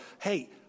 hey